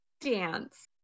dance